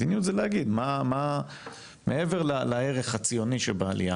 מדיניות זה להגיד מעבר לערך הציוני שבא לי,